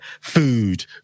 food